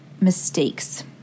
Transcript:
Mistakes